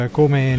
come